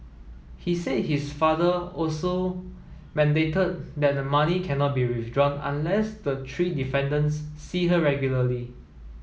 he said his father also mandated that the money cannot be withdrawn unless the three defendants see her regularly